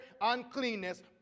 uncleanness